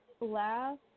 last